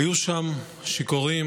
היו שם שיכורים,